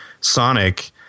Sonic